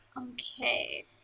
Okay